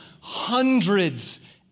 hundreds